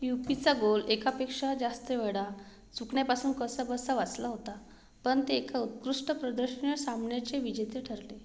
you पीचा गोल एकापेक्षा जास्त वेळा चुकण्यापासून कसाबसा वाचला होता पण ते एका उत्कृष्ट प्रदर्शनीय सामन्याचे विजेते ठरले